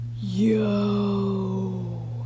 yo